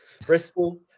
Bristol